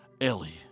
Ellie